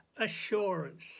assurance